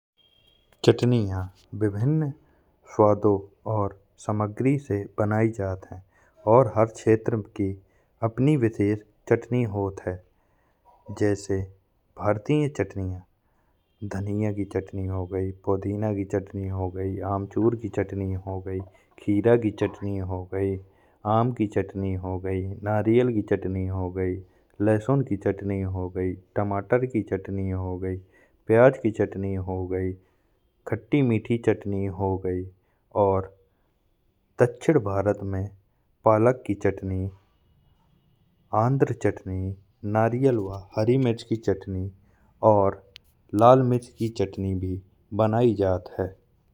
चटनियाँ विभिन्न स्वादों और सामग्री से बनाई जाती हैं। और हर क्षेत्र की अपनी विशेष चटनी होती है जैसे भारतीय चटनियाँ धनिया की चटनी हो गई, पुदीना की चटनी हो गई, आमचूर की चटनी हो गई, खीरा की चटनी हो गई। आम की चटनी हो गई, नारियल की चटनी हो गई, लहसुन की चटनी हो गई, टमाटर की चटनी हो गई, प्याज़ की चटनी हो गई, खट्टी मीठी चटनी हो गई। दक्षिण भारत में पालक की चटनी, आंध्र की चटनी, नारियल व हरी मिर्च की चटनी और लाल मिर्च की चटनी बनाई जाती है।